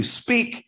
speak